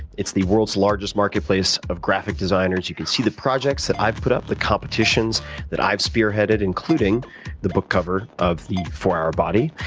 it's the world's largest marketplace of graphic designers. you can see the projects that i've put up, competitions that i've spearheaded including the book cover of the four hour body.